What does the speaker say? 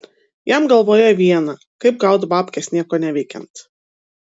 jam galvoje viena kaip gaut babkes nieko neveikiant